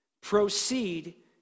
proceed